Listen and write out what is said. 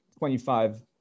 25